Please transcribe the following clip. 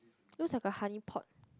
feels like a honey pot